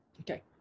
Okay